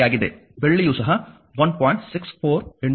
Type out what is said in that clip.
ಬೆಳ್ಳಿಯು ಸಹ 1